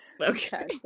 Okay